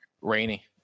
rainy